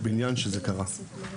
מבניין שבו זה קרה.